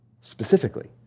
specifically